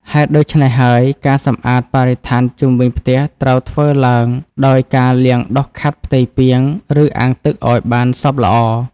ហេតុដូច្នេះហើយ ការសម្អាតបរិស្ថានជុំវិញផ្ទះត្រូវធ្វើឡើងដោយការលាងដុសខាត់ផ្ទៃពាង ឬអាងទឹកឱ្យបានសព្វល្អ។